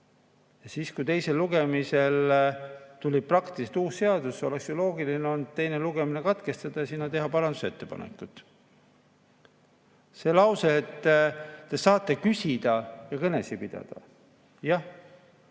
Siis, kui teisel lugemisel tuli sama hästi kui uus seadus, oleks ju loogiline olnud teine lugemine katkestada ja sinna teha parandusettepanekud. See lause, et te saate küsida ja kõnesid pidada – jah,